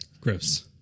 Gross